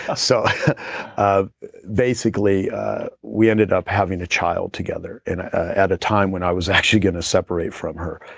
ah so um basically basically we ended up having a child together and at a time when i was actually going to separate from her.